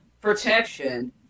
protection